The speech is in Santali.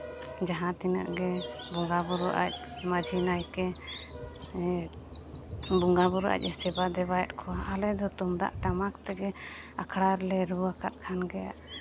ᱡᱟᱦᱟᱸ ᱛᱤᱱᱟᱹᱜ ᱜᱮ ᱵᱚᱸᱜᱟᱼᱵᱩᱨᱩ ᱟᱡ ᱢᱟᱹᱡᱷᱤ ᱱᱟᱭᱠᱮ ᱵᱚᱸᱜᱟᱼᱵᱩᱨᱩ ᱟᱡᱼᱮ ᱥᱮᱵᱟ ᱫᱮᱵᱟᱭᱮᱫ ᱠᱚᱣᱟ ᱟᱞᱮ ᱫᱚ ᱛᱩᱢᱫᱟᱜ ᱴᱟᱢᱟᱠ ᱛᱮᱜᱮ ᱟᱠᱷᱲᱟ ᱨᱮᱞᱮ ᱨᱩ ᱟᱠᱟᱫ ᱠᱷᱟᱱ ᱜᱮ